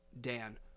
Dan